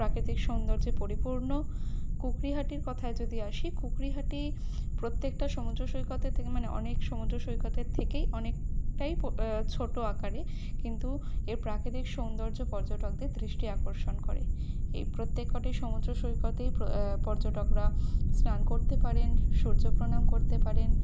প্রাকৃতিক সৌন্দর্যে পরিপূর্ণ কুকরিহাটির কথায় যদি আসি কুকরিহাটি প্রত্যেকটা সমুদ্র সৈকতের থেকে মানে অনেক সমুদ্র সৈকতের থেকেই অনেকটাই পো ছোট আকারে কিন্তু এর প্রাকৃতিক সৌন্দর্য পর্যটকদের দৃষ্টি আকর্ষণ করে এই প্রত্যেক কটাই সমুদ্র সৈকতেই প পর্যটকরা স্নান করতে পারেন সূর্য প্রণাম করতে পারেন